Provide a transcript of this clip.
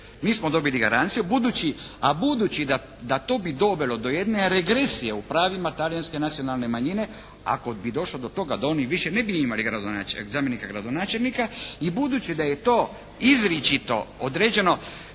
Nismo dobili garanciju, a budući da to bi dovelo do jedne regresije u pravima talijanske nacionalne manjine. Ako bi došlo do toga da oni više ne bi imali gradonačelnika, zamjenika gradonačelnika i budući da je to izričito određeno